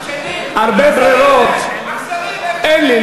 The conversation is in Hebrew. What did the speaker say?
הרבה ברירות אין לי,